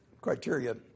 criteria